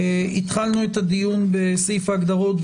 התחלנו את הדיון בסעיף ההגדרות,